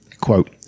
Quote